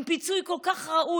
עם פיצוי כל כך ראוי,